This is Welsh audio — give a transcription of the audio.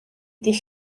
dydd